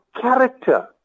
character